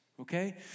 okay